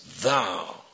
Thou